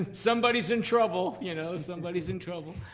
ah somebody's in trouble, you know, somebody's in trouble.